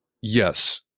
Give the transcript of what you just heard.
yes